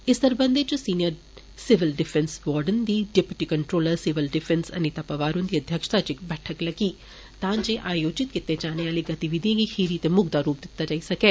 इस सरबंधै च सिनियर सिविल डिफैन्स वार्डनज दी deputy controller civil defence Anita Pawar हुन्दी अध्यक्षता च इक बैठक लग्गी तां जे आयोजित कीती जाने आली गतिविधिएं गी खीरी ते मुकदा रुप दिता जाई सकैं